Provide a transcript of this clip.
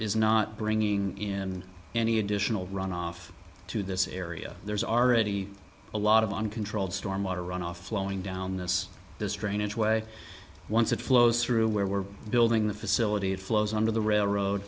is not bringing in any additional runoff to this area there's already a lot of uncontrolled storm water runoff flowing down this strange way once it flows through where we're building the facility it flows under the railroad